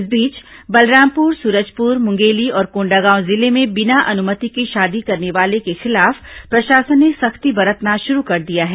इस बीच बलरामपुर सूरजपुर मुंगेली और कोंडागांव जिले में बिना अनुमति की शादी करने वाले के खिलाफ प्रशासन ने सख्ती बरतना शुरू कर दिया है